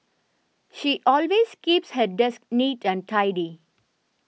she always keeps her desk neat and tidy